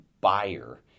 buyer